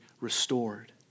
restored